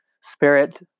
spirit